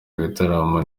ibitaramo